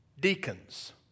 deacons